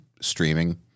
streaming